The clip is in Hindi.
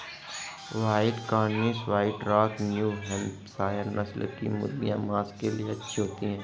white Cornish, white rock, New Hampshire नस्ल की मुर्गियाँ माँस के लिए अच्छी होती हैं